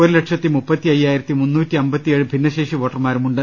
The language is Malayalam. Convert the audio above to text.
ഒരു ലക്ഷത്തി മുപ്പത്തി അയ്യായിരത്തി മുന്നൂറ്റി അമ്പത്തിയേഴ് ഭിന്ന ശേഷി വോട്ടർമാർ ഉണ്ട്